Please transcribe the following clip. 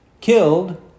killed